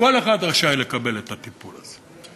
כל אחד רשאי לקבל את הטיפול הזה.